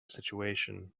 situation